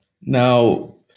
Now